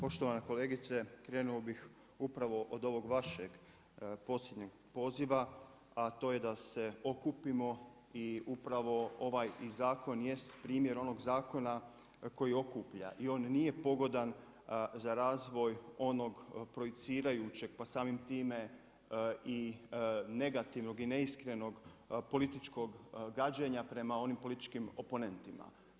Poštovana kolegice, krenuo bih upravo od ovog vašeg posljednjeg poziva, a to je da se okupimo i upravo ovaj i zakon jest primjer onog zakona koji okuplja i on nije pogodan za razvoj onog projicirajućeg, pa samim time i negativnog i neiskrenog političkog gađenja prema onim političkim oponentima.